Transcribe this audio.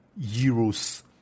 euros